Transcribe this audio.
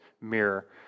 mirror